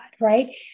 Right